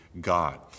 God